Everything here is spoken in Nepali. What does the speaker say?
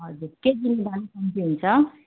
हजुर केजीमा दाम कम्ती हुन्छ